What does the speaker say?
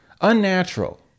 unnatural